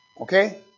Okay